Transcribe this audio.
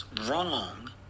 wrong